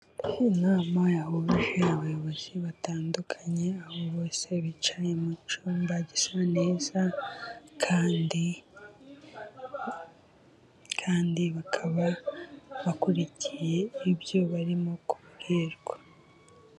Inama yahuje abayobozi batandukanye, aho bose bicaye mu cyumba gisa neza, kandi kandi bakaba bakurikiye ibyo barimo kubwirwa.